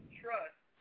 trust